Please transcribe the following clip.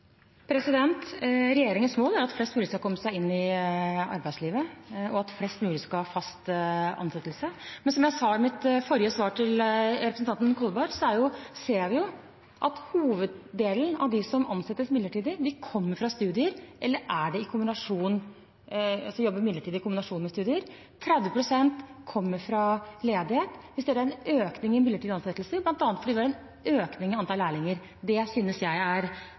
Regjeringens mål er at flest mulig skal komme seg inn i arbeidslivet, og at flest mulig skal ha fast ansettelse. Men som jeg sa i mitt forrige svar til representanten Kolberg, ser vi at hoveddelen av dem som ansettes midlertidig, kommer fra studier, eller de jobber midlertidig i kombinasjon med studier. 30 pst. kommer fra ledighet. Vi ser en økning i midlertidige ansettelser bl.a. fordi vi har en økning i antallet lærlinger, og det synes jeg er